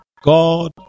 God